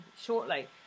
shortly